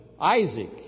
Isaac